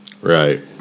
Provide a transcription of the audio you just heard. Right